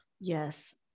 yes